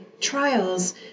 trials